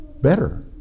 better